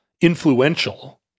influential